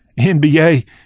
NBA